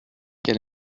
quel